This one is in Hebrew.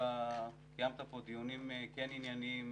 קיימת פה דיונים כן ענייניים